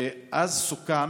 ואז סוכם,